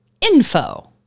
info